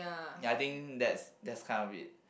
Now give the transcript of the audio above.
ya I think that's that's kind of it